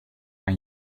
aan